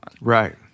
Right